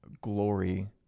glory